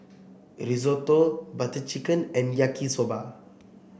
Risotto Butter Chicken and Yaki Soba